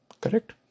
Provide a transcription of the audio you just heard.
Correct